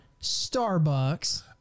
Starbucks